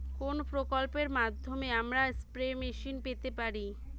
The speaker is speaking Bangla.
কোন প্রকল্পের মাধ্যমে আমরা স্প্রে মেশিন পেতে পারি?